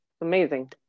Amazing